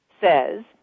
says